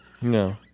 no